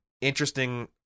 interesting